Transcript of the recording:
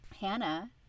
Hannah